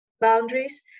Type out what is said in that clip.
boundaries